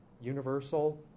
universal